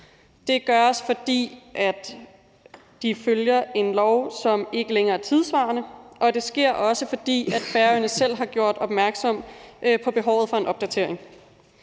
Det gøres, fordi de følger en lov, som ikke længere er tidssvarende, og det sker også, fordi Færøerne selv har gjort opmærksom på behovet for en opdatering.